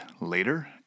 later